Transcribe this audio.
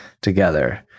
together